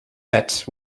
set